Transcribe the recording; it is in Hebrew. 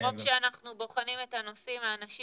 מרוב שאנחנו בוחנים את הנושאים האנשים